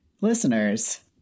Listeners